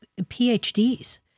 PhDs